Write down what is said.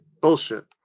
Bullshit